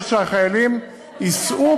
אלא שהחיילים ייסעו,